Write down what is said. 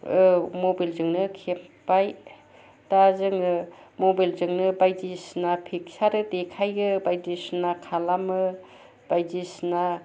mobile जोंनो खेबबाय दा जोङो मबाइल जोंनो बायदिसिना पिक्टचार देखायो बायदिसिना खालामो बायदिसिना